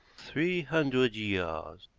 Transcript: three hundred years.